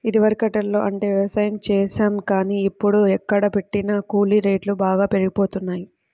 ఇదివరకట్లో అంటే యవసాయం చేశాం గానీ, ఇప్పుడు ఎక్కడబట్టినా కూలీ రేట్లు బాగా పెరిగిపోతన్నయ్